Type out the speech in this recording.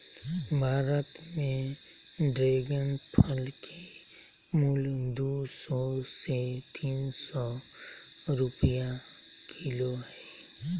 भारत में ड्रेगन फल के मूल्य दू सौ से तीन सौ रुपया किलो हइ